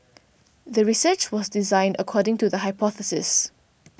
the research was designed according to the hypothesis